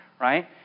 right